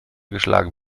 geschlagen